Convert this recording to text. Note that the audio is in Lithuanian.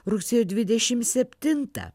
rugsėjo dvidešimt septintą